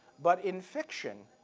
but in fiction,